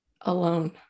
alone